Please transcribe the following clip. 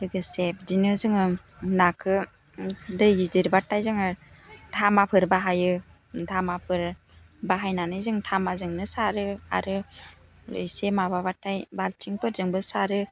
लोगोसे बिदिनो जोङो नाखौ दै गिदिर बाथाय जोङो धामाफोर बाहायो धामाफोर बाहायनानै जों थामाजोंनो सारो आरो एसे माबा बाथाय बाल्थिंफोरजोंबो सारो